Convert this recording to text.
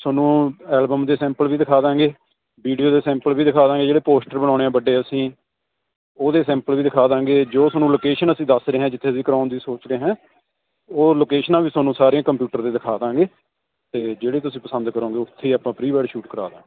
ਤੁਹਾਨੂੰ ਐਲਬਮ ਦੇ ਸੈਂਪਲ ਵੀ ਦਿਖਾ ਦਾਂਗੇ ਵੀਡੀਓ ਦੇ ਸੈਂਪਲ ਵੀ ਦਿਖਾ ਦਾਂਗੇ ਜਿਹੜੇ ਪੋਸਟਰ ਬਣਾਉਣੇ ਆ ਵੱਡੇ ਅਸੀਂ ਉਹਦੇ ਸੈਂਪਲ ਵੀ ਦਿਖਾ ਦਾਂਗੇ ਜੋ ਤੁਹਾਨੂੰ ਲੋਕੇਸ਼ਨ ਅਸੀਂ ਦੱਸ ਰਹੇ ਆ ਜਿੱਥੇ ਦੀ ਕਰਾਉਣ ਦੀ ਸੋਚ ਰਹੇ ਹਾਂ ਉਹ ਲੋਕੇਸ਼ਨਾਂ ਵੀ ਤੁਹਾਨੂੰ ਸਾਰੀਆਂ ਕੰਪਿਊਟਰ 'ਤੇ ਦਿਖਾ ਦਾਂਗੇ ਅਤੇ ਜਿਹੜੀ ਤੁਸੀਂ ਪਸੰਦ ਕਰੋਗੇ ਉੱਥੇ ਹੀ ਆਪਾਂ ਪ੍ਰੀ ਵੈਡ ਸ਼ੂਟ ਕਰਾ ਦਾਂਗੇ